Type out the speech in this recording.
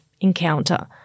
encounter